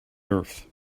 earth